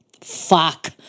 Fuck